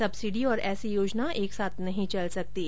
subsidy और ऐसी योजना एक साथ नहीं चल सकतीं